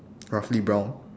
roughly brown